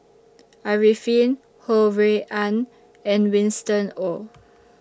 Arifin Ho Rui An and Winston Oh